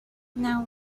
now